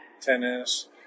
tennis